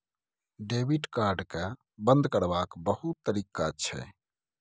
debit card केँ बंद करबाक बहुत तरीका छै